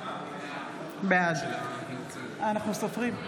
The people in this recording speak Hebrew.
בעד גדעון סער,